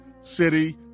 city